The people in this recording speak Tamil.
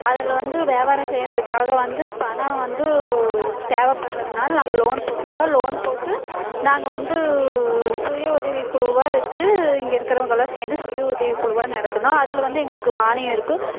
அதில் வந்து வியாபாரம் செய்கிறத்துக்காக வந்து பணம் வந்து தேவப்பட்டுறதுனால நாங்கள் லோன் போட்டு இருந்தோம் லோன் போட்டு நாங்கள் வந்து சுய உதவி குழுவாக வச்சு இங்கே இருக்குறவங்களாம் சேர்ந்து சுய உதவி குழுவாக நடத்துனா அதில் வந்து எங்களுக்கு மானியம் இருக்கும்